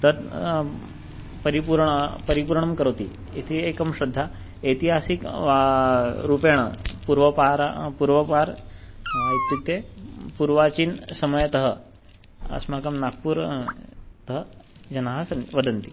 तत् परिपूर्णं परिपूर्णं करोति इति एकं श्रद्धा ऐतिहासिकं वा रूपेण पूर्वापरं पूर्वापरम् इत्युक्ते पूर्वाचीनसमयतः अस्माकं नाग्पूर् तः जनाः सन् वदन्ति